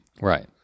Right